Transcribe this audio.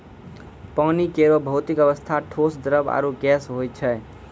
पानी केरो भौतिक अवस्था ठोस, द्रव्य आरु गैस होय छै